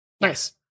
Nice